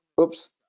Oops